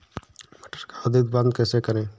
मटर का अधिक उत्पादन कैसे करें?